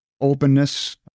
openness